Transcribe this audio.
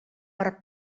per